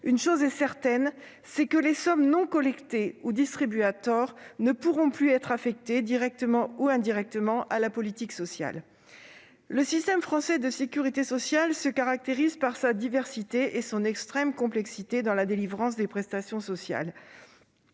une chose est certaine, c'est que les sommes non collectées ou distribuées à tort ne pourront plus être affectées, directement ou indirectement, à la politique sociale. Le système français de sécurité sociale se caractérise par sa diversité et son extrême complexité dans la délivrance des prestations sociales.